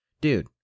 dude